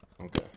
Okay